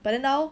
but then now